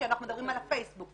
כשאנחנו מדברים על הפייסבוק.